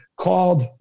Called